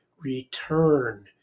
return